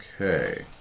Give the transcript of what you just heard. Okay